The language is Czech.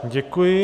Děkuji.